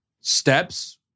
steps